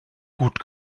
gut